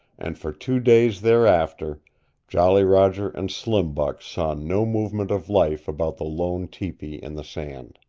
and for two days thereafter jolly roger and slim buck saw no movement of life about the lone tepee in the sand.